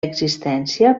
existència